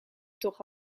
toch